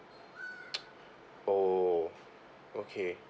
oh okay